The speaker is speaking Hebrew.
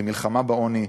למלחמה בעוני,